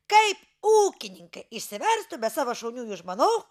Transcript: kaip ūkininkai išsiverstų be savo šauniųjų žmonų